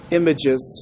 images